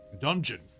dungeon